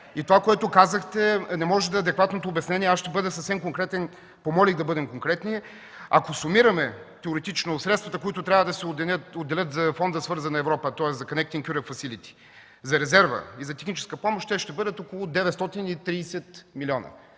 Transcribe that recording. Това, което казахте, не може да е адекватното обяснение. Аз ще бъда съвсем конкретен. Помолих да бъдем конкретни. Ако сумираме теоретично средствата, които трябва да се отделят за Фонда „Свързана Европа”, за резерва и за техническа помощ, те ще бъдат около 930 милиона,